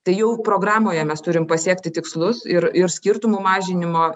tai jau programoje mes turim pasiekti tikslus ir ir skirtumų mažinimo